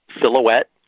silhouette